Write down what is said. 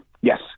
Yes